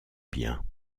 biens